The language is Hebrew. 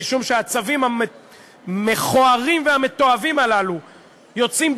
משום שהצווים המכוערים והמתועבים הללו יוצאים,